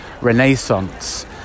renaissance